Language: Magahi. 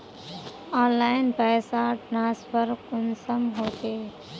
ऑनलाइन पैसा ट्रांसफर कुंसम होचे?